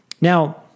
Now